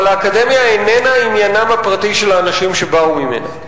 אבל האקדמיה איננה עניינם הפרטי של האנשים שבאו ממנה.